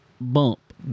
bump